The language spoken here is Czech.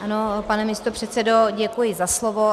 Ano, pane místopředsedo, děkuji za slovo.